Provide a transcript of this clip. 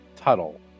Tuttle